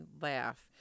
laugh